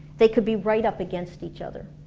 they could be right up against each other